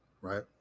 right